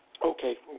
Okay